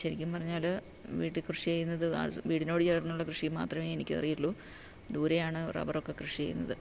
ശരിക്കും പറഞ്ഞാൽ വീട്ടുകൃഷി ചെയ്യുന്നത് വീടിനോട് ചേർന്നുള്ള കൃഷി മാത്രമേ എനിക്കറിയുള്ളൂ ദൂരെയാണ് റബ്ബർ ഒക്കെ കൃഷി ചെയ്യുന്നത്